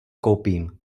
koupím